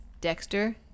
Dexter